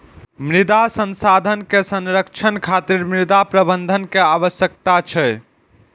मृदा संसाधन के संरक्षण खातिर मृदा प्रबंधन के आवश्यकता छै